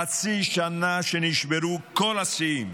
חצי שנה שנשברו כל השיאים